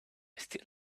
still